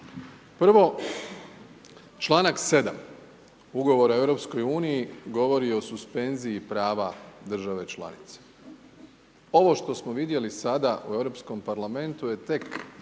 Prvo, članak 7. ugovora EU-a govori o suspenziji prava države članice. Ovo što smo vidjeli sada u Europskom parlamentu je tek